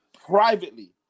Privately